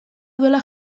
duela